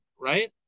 right